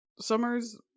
Summers